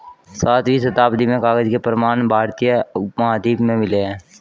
सातवीं शताब्दी में कागज के प्रमाण भारतीय उपमहाद्वीप में मिले हैं